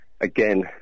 again